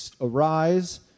arise